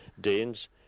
Danes